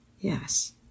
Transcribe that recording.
yes